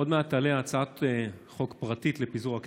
עוד מעט תעלה הצעת חוק פרטית לפיזור הכנסת.